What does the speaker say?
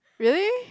really